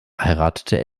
heiratete